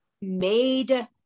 made